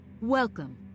Welcome